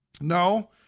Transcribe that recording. No